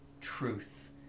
truth